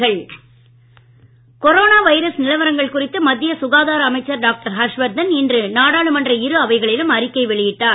corona நாடாளுமன்றம் corona virus நிலவரங்கள் குறித்து மத்திய சுகாதார அமைச்சர் டாக்டர் ஹர்ஷவர்தன் இன்று நாடாளுமன்ற இரு அவைகளிலும் அறிக்கை வெளியிட்டார்